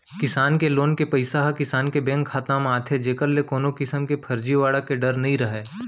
किसान के लोन के पइसा ह किसान के बेंक खाता म आथे जेकर ले कोनो किसम के फरजीवाड़ा के डर नइ रहय